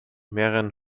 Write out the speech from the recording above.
mehreren